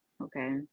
okay